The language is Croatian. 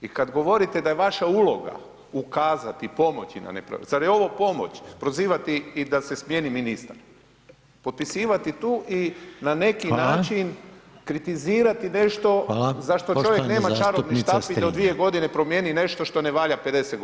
I kad govorite da je vaša uloga ukazati, pomoći na, zar je ovo pomoć prozivati i da se smijeni ministar, potpisivati tu i [[Upadica: Hvala]] na neki način kritizirati nešto [[Upadica: Hvala]] za što čovjek nema [[Upadica: Poštovana zastupnica Strenja]] čarobni štapić da u 2.g. promijeni nešto što ne valja 50.g.